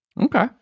Okay